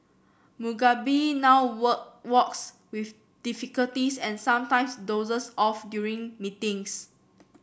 Mugabe now work walks with difficulties and sometimes dozes off during meetings